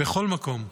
בכל מקום,